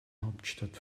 hauptstadt